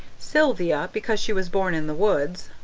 sylvia, because she was born in the woods.